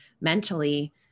mentally